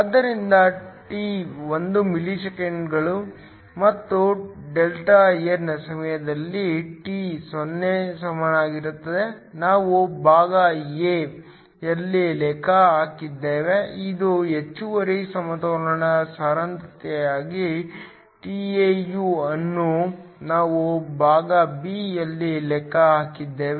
ಆದ್ದರಿಂದ t 1 ಮಿಲಿಸೆಕೆಂಡುಗಳು ಮತ್ತು Δn ಸಮಯದಲ್ಲಿ t 0 ಸಮನಾಗಿರುತ್ತದೆ ನಾವು ಭಾಗ ಎ ಯಲ್ಲಿ ಲೆಕ್ಕ ಹಾಕಿದ್ದೇವೆ ಇದು ಹೆಚ್ಚುವರಿ ಸಮತೋಲನ ಸಾಂದ್ರತೆಯಾಗಿದೆ tau ಅನ್ನು ನಾವು ಭಾಗ ಬಿ ಯಲ್ಲಿ ಲೆಕ್ಕ ಹಾಕಿದ್ದೇವೆ